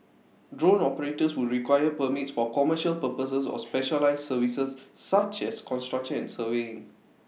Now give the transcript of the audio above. drone operators would require permits for commercial purposes or specialised services such as construction and surveying